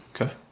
okay